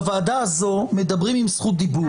בוועדה הזו מדברים עם זכות דיבור.